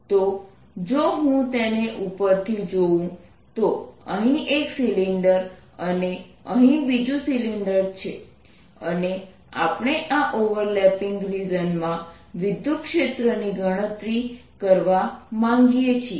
તો જો હું તેને ઉપરથી જોઉં તો અહીં એક સિલિન્ડર અને અહીં બીજું સિલિન્ડર છે અને આપણે આ ઓવરલેપિંગ રિજનમાં વિદ્યુતક્ષેત્રની ગણતરી કરવા માંગીએ છીએ